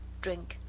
drink.